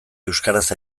euskaraz